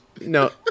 No